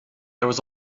there